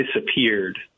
disappeared